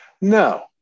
No